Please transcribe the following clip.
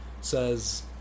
says